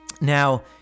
now